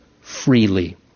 freely